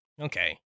Okay